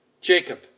Jacob